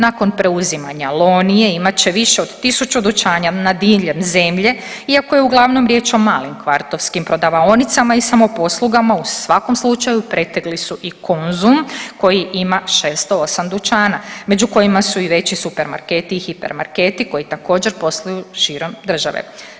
Nakon preuzimanja Lonie imat će više od 1.000 dućana diljem zemlje iako je uglavnom riječ o malim kvartovskim prodavaonicama i samoposlugama u svakom slučaju pretekli su i Konzum koji ima 608 dućana među kojima su i veći supermarketi i hipermarketi koji također posluju širom države.